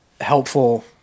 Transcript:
helpful